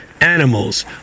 animals